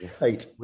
right